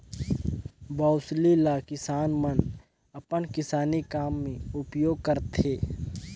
बउसली ल किसान मन अपन किसानी काम मे उपियोग करथे